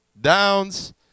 downs